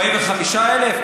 45,000?